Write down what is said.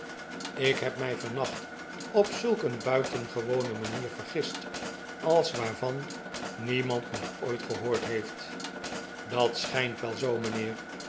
ik heb mij vannacht op zulk een buitengewone manier vergist als waarvan niemand nog ooit gehoord heeft dat schijnt wel zoo